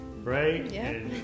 right